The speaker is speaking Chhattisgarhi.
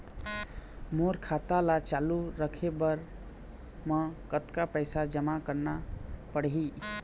मोर खाता ला चालू रखे बर म कतका पैसा जमा रखना पड़ही?